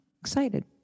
Excited